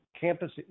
campus